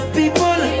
people